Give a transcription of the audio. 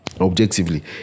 Objectively